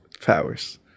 Powers